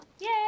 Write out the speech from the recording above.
Yay